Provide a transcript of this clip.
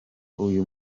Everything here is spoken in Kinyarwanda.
uyu